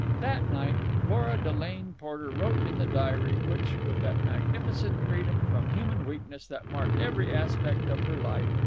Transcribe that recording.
that night lora delane porter wrote in the diary which, with that magnificent freedom from human weakness that marked every aspect of her life,